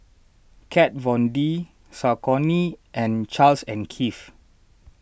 Kat Von D Saucony and Charles and Keith